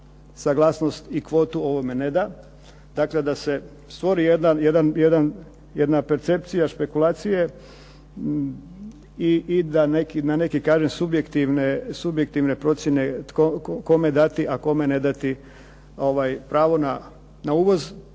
suglasnost i kvotu, ovome ne da. Dakle, da se stvori jedna percepcija špekulacije i da neki, neki kažem subjektivne procjene kome dati, a kome ne dati pravo na uvoz,